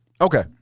Okay